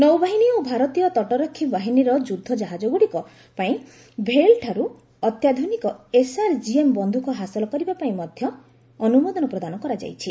ନୌବାହିନୀ ଓ ଭାରତୀୟ ତଟରକ୍ଷୀ ବାହିନୀର ଯୁଦ୍ଧ ଜାହାଜଗୁଡ଼ିକ ପାଇଁ ଭେଲ୍ଠାରୁ ଅତ୍ୟାଧୁନିକ ଏସ୍ଆର୍ଜିଏମ୍ ବନ୍ଧୁକ ହାସଲ କରିବା ପାଇଁ ମଧ୍ୟ ଅନୁମୋଦନ ପ୍ରଦାନ କରାଯାଇଛି